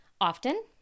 often